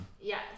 Yes